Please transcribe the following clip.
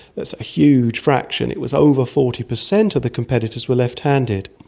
there's a huge fraction, it was over forty percent of the competitors were left-handed.